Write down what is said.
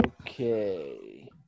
Okay